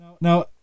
Now